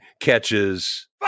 catches